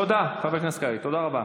תודה, חבר הכנסת קרעי, תודה רבה.